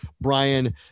Brian